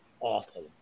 awful